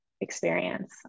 experience